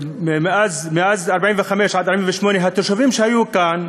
מאז 1945 עד 1948 התושבים שהיו כאן,